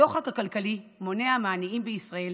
הדוחק הכלכלי מונע מעניים בישראל